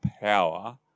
power